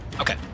Okay